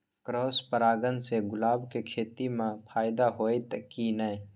Cross परागण से गुलाब के खेती म फायदा होयत की नय?